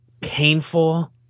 painful